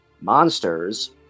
monsters